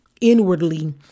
Inwardly